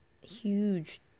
huge